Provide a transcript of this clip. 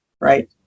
right